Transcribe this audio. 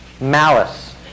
malice